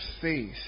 faith